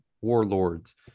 warlords